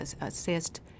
assist